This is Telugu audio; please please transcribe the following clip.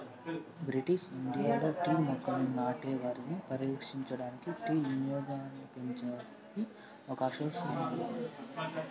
బ్రిటిష్ ఇండియాలో టీ మొక్కలను నాటే వారిని పరిరక్షించడానికి, టీ వినియోగాన్నిపెంచేకి ఒక అసోసియేషన్ ఉన్నాది